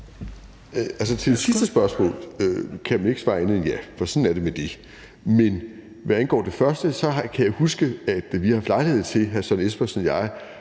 det sidste spørgsmål kan man ikke svare andet end ja, for sådan er det med det. Men hvad angår det første, kan jeg huske, at vi, hr. Søren Espersen og jeg,